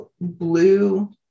blue